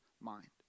mind